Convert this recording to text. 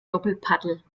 doppelpaddel